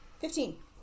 Fifteen